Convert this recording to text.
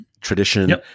tradition